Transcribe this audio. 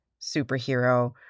superhero